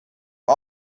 has